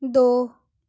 ਦੋ